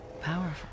powerful